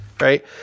Right